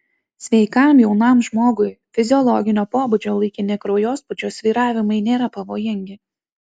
sveikam jaunam žmogui fiziologinio pobūdžio laikini kraujospūdžio svyravimai nėra pavojingi